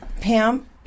Pam